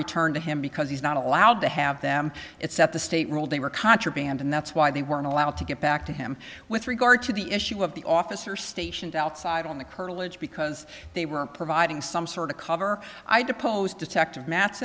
returned to him because he's not allowed to have them except the state ruled they were contraband and that's why they weren't allowed to get back to him with regard to the issue of the officer stationed outside on the curtilage because they were providing some sort of cover i do pose detective mat